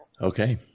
Okay